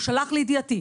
הוא שלח לי לידיעתי.